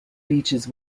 beaches